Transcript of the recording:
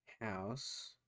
House